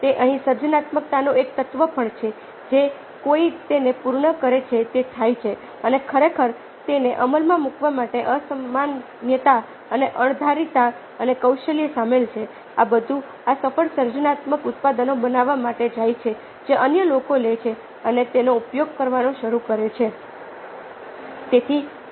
તો અહીં સર્જનાત્મકતાનું એક તત્વ પણ છે જે કોઈ તેને પૂર્ણ કરે છે તે થાય છે અને ખરેખર તેને અમલમાં મૂકવા માટે અસામાન્યતા અને અણધારીતા અને કૌશલ્ય સામેલ છે આ બધું આ સફળ સર્જનાત્મક ઉત્પાદનો બનાવવા માટે જાય છે જે અન્ય લોકો લે છે અને તેનો ઉપયોગ કરવાનું શરૂ કરે છે